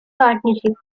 partnership